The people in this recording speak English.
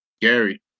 Gary